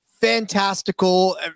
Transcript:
fantastical